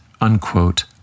unquote